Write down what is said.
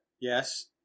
Yes